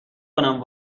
کنم